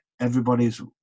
everybody's